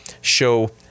show